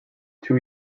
two